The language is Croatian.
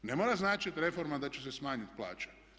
Ne mora značiti reforma da će se smanjiti plaća.